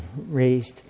raised